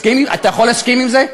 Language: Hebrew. אתה יכול להסכים עם זה?